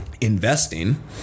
Investing